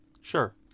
Sure